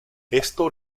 esto